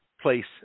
place